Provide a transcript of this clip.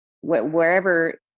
wherever